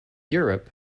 europe